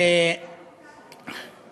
(אומר דברים בשפה הערבית,